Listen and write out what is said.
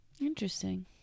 Interesting